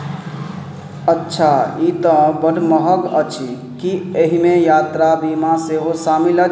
अच्छा ई तऽ बड महग अछि की एहिमे यात्रा बीमा सेहो शामिल अछि